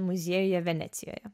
muziejuje venecijoje